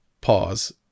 pause